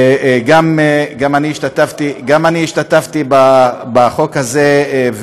גם אני השתתפתי בחוק הזה.